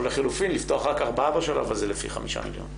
או לחילופין לפתוח רק ארבעה בשלב הזה לפי חמישה מיליון,